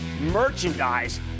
merchandise